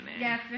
Yes